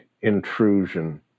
intrusion